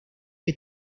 que